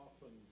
often